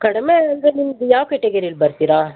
ಕಡಿಮೆ ಅಂದರೆ ನಿಮ್ಮದು ಯಾವ ಕೆಟಗರಿಯಲ್ಲಿ ಬರ್ತಿರಾ